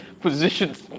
positions